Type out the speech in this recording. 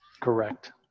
Correct